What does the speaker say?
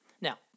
Now